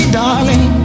darling